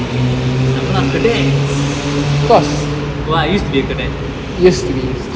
நம்பெலாம்:nambellam cadet oh I used to be a cadet